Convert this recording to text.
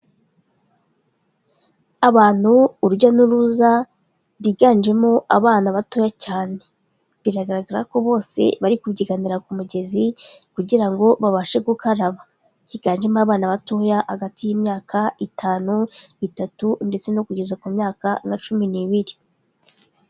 Abantu, urujya n'uruza rwiganjemo abana batoya cyane, biragaragara ko bose bari kubyiganira ku mugezi; kugira ngo babashe gukaraba, higanjemo abana batoya, hagati y'imyaka itanu, itatu ndetse no kugeza ku myaka nka cumi n'ibiri.